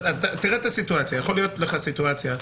יכולה להיות לך סיטואציה,